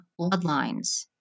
bloodlines